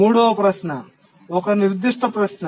మూడవ ప్రశ్న ఒక నిర్దిష్ట ప్రశ్న